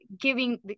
giving